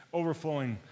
overflowing